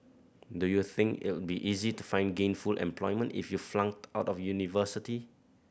do you think it'll be easy to find gainful employment if you flunked out of university